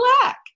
black